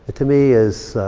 to me, is,